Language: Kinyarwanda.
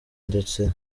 ndetse